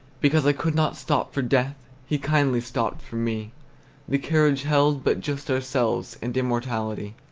because i could not stop for death, he kindly stopped for me the carriage held but just ourselves and immortality.